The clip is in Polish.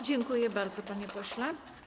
Dziękuję bardzo, panie pośle.